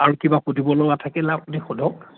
আৰু কিবা সুধিব লগা থাকিলে আপুনি সোধক